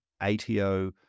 ATO